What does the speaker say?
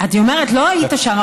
אני אומרת, לא היית שם.